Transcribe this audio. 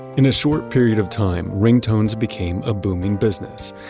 in a short period of time, ringtones became a booming business,